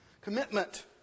Commitment